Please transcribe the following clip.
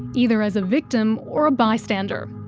either as a victim or a bystander.